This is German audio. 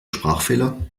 sprachfehler